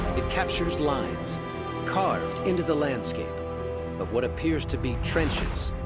it captures lines carved into the landscape of what appears to be trenches,